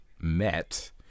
met